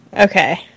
Okay